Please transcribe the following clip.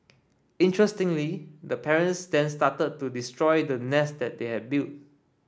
interestingly the parents then started to destroy the nest they had built